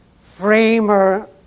framer